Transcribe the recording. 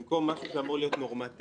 במקום משהו שאמור להיות נורמטיבי